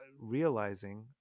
realizing